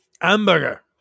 Hamburger